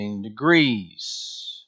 degrees